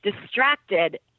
distracted